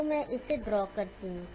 तो मैं इसे ड्रॉ करता हूं